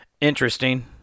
interesting